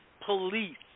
police